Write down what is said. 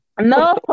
No